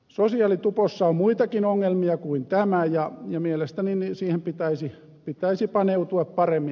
sosiaalitupossa on muitakin ongelmia kuin tämä ja mielestäni siihen pitäisi paneutua paremmin